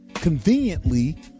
Conveniently